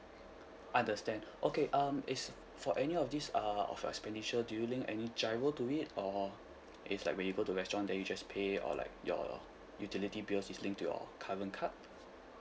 understand okay um is for any of this err of your expenditure do you link any GIRO to it or it's like when you go to restaurant then you just pay or like your utility bills is linked to your current card